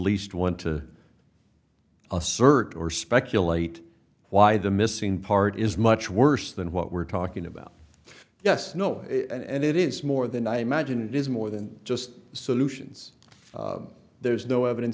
least want to assert or speculate why the missing part is much worse than what we're talking about yes no and it is more than i imagine it is more than just solutions there's no evidence